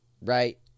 right